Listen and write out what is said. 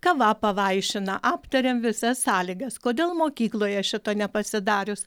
kava pavaišina aptariam visas sąlygas kodėl mokykloje šito nepasidarius